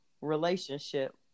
relationship